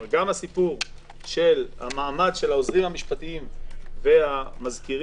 גם הסיפור של המעמד של העוזרים המשפטיים והמזכירים,